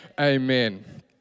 Amen